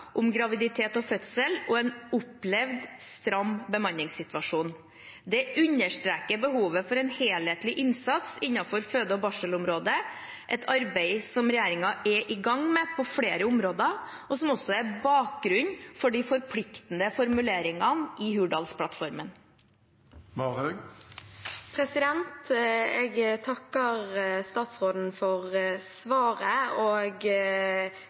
om graviditet og fødsel og en opplevd stram bemanningssituasjon. Det understreker behovet for en helhetlig innsats innenfor føde- og barselsområdet – et arbeid som regjeringen er i gang med på flere områder, og som også er bakgrunnen for de forpliktende formuleringene i Hurdalsplattformen. Jeg takker statsråden for svaret.